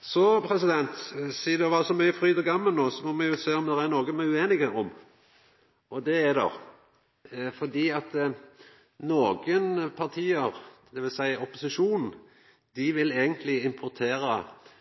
Sidan det var så mykje fryd og gammen, må me sjå om det er noko me er ueinige om, og det er det. Nokon parti – dvs. opposisjonen – vil eigentleg importera